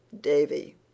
davy